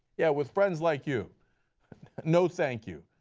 yeah, with friends like you no thank you.